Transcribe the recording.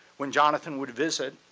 when jonathan would visit,